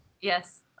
yes